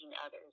others